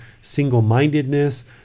single-mindedness